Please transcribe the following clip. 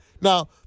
Now